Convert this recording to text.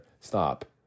Stop